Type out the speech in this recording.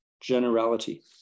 generality